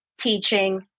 teaching